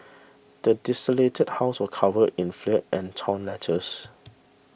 the desolated house was covered in filth and torn letters